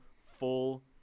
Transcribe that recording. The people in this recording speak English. full